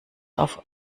auf